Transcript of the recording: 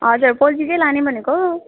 हजुर पोल्ट्री चाहिँ लाने भनेको